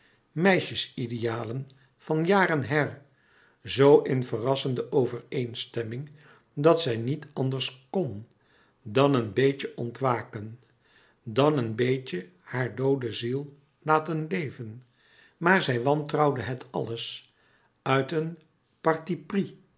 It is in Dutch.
meisjes idealen van jaren her zo in verrassende overeenstemming dat zij niet anders kn dan een beetje ontwaken dan een beetje haar doode ziel laten leven maar zij wantrouwde het alles uit een